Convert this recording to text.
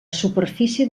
superfície